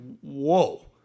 whoa